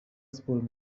siporo